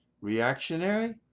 Reactionary